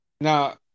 Now